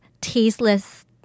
tasteless